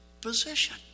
position